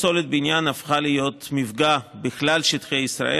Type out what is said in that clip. פסולת בניין הפכה להיות מפגע בכלל שטחי ישראל.